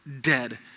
dead